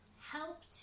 helped